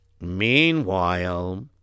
Meanwhile